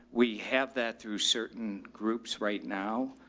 we have that through certain groups right now.